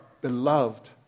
beloved